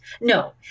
No